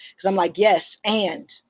because i'm like. yes. and.